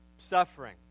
suffering